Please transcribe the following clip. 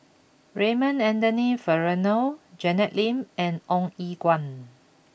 Raymond Anthony Fernando Janet Lim and Ong Eng Guan